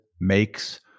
makes